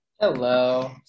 Hello